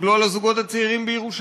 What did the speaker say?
תסתכלו על הזוגות הצעירים בירושלים,